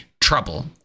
trouble